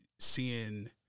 seeing